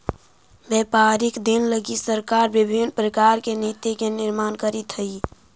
व्यापारिक दिन लगी सरकार विभिन्न प्रकार के नीति के निर्माण करीत हई